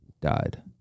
died